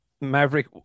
Maverick